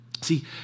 See